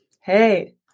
Hey